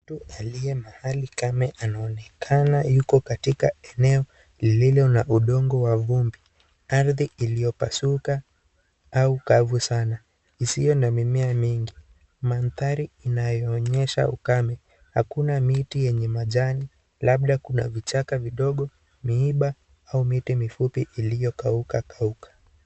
Mtu aliye mahali kame anaonekana yuko katika eneo lililo na udongo wa vumbi, ardhi iliyopasuka au kavu sana isiyo na mimea mingi, mandhari inayoonyesha ukame hakuna miti yenye majani labda kuna vijaka, vidogo miiba au miti mifupi iliyokauka kauka.